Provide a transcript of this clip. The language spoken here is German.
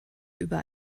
über